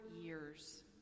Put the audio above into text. years